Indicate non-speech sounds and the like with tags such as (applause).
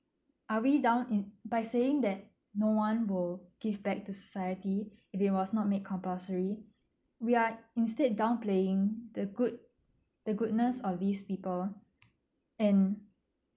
are we down in by saying that no one will give back to society (breath) if it was not made compulsory we are instead down playing the good the goodness of these people and